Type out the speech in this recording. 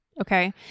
Okay